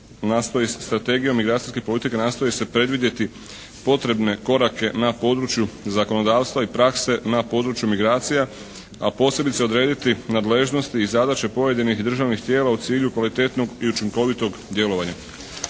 nastoji, strategijom migracijske politike nastoji se predvidjeti potrebne korake na području zakonodavstva i prakse na području migracija, a posebice odrediti nadležnosti i zadaće pojedinih državnih tijela u cilju kvalitetnog i učinkovitog djelovanja.